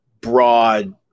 broad